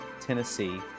Tennessee